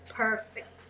perfect